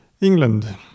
England